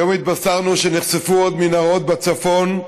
היום התבשרנו שנחשפו עוד מנהרות בצפון,